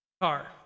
Car